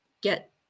get